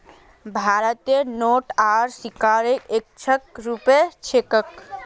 भारतत नोट आर सिक्कार एक्के रूप छेक